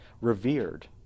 revered